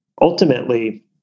ultimately